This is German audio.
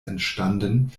entstanden